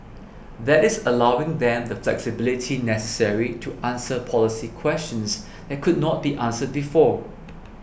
that is allowing them the flexibility necessary to answer policy questions that could not be answered before